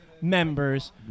members